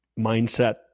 mindset